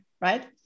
right